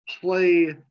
play